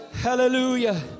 hallelujah